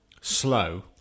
slow